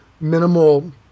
minimal